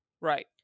Right